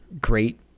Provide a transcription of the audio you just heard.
great